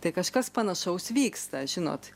tai kažkas panašaus vyksta žinot